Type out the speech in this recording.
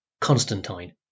Constantine